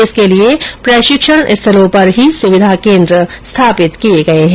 इसके लिये प्रशिक्षण स्थलों पर ही सुविधा केन्द्र स्थापित किये गये है